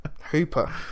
Hooper